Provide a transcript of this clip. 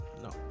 No